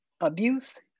abuse